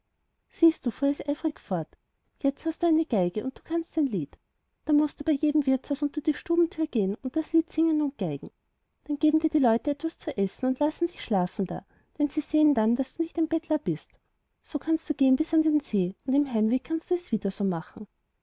siehst du fuhr es eifrig fort jetzt hast du eine geige und kannst ein lied da mußt du bei jedem wirtshaus unter die stubentür gehen und das lied singen und geigen dann geben dir die leute etwas zu essen und lassen dich schlafen da denn sie sehen dann daß du nicht ein bettler bist so kannst du gehen bis an den see und im heimweg kannst du es wieder